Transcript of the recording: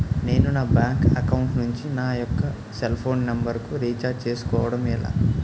నేను నా bank account నుంచి నా యెక్క సెల్ ఫోన్ నంబర్ కు రీఛార్జ్ చేసుకోవడం ఎలా?